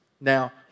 Now